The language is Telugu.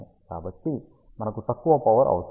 కాబట్టి మనకు తక్కువ పవర్ అవసరం